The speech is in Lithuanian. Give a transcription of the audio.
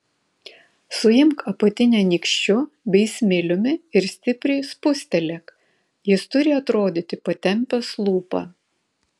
suimk apatinę nykščiu bei smiliumi ir stipriai spustelėk jis turi atrodyti patempęs lūpą